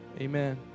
Amen